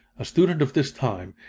a student of this time,